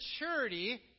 maturity